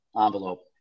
envelope